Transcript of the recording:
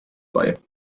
bei